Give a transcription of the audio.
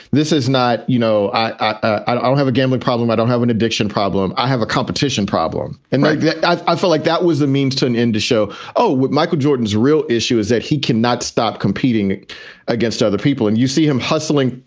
this is not, you know, i'll have a gambling problem. i don't have an addiction problem. i have a competition problem. and i yeah i felt like that was a means to an end to show. oh, michael jordan's real issue is that he cannot stop competing against other people. and you see him hustling,